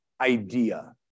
idea